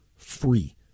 free